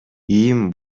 иим